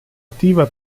attiva